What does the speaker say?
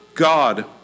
God